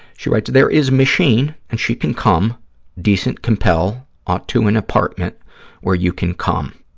she writes, there is machine and she can come decent compel ought to an apartment where you can come.